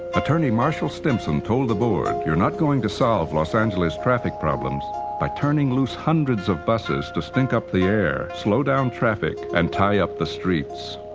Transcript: attorney marshall stimson told the board, you're not going to solve los angeles traffic problems by turning loose hundreds of buses to stink up the air, slow down traffic and tie up the streets.